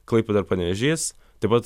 klaipėda ir panevėžys taip pat